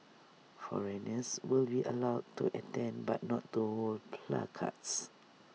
foreigners will be allowed to attend but not to cards